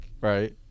right